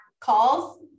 calls